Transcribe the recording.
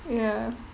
ya